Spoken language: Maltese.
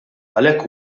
għalhekk